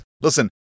listen